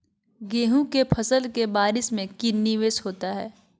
गेंहू के फ़सल के बारिस में की निवेस होता है?